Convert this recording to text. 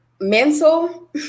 mental